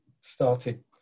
started